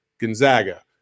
Gonzaga